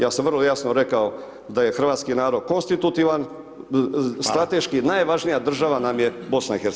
Ja sam vrlo jasno rekao da je hrvatski narod konstitutivan, strateški [[Upadica: Hvala.]] najvažnija država nam je BiH.